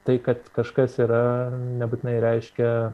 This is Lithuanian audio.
tai kad kažkas yra nebūtinai reiškia